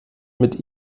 mit